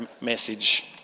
message